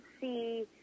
see